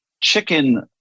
chicken